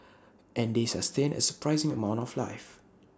and they sustain A surprising amount of life